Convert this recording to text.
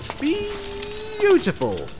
Beautiful